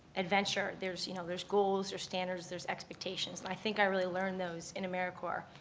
adventure, there's you know there's goals, there's standards, there's expectations, and i think i really learned those in americorps.